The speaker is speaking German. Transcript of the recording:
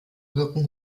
wirken